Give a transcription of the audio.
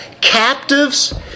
captives